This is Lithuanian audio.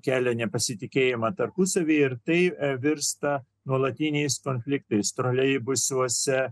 kelia nepasitikėjimą tarpusavyje ir tai virsta nuolatiniais konfliktais troleibusuose